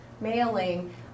mailing